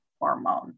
hormone